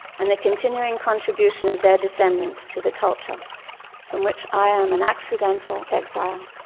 and the continuing contribution of their descendants to the culture from which i am an accidental exile,